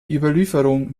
überlieferung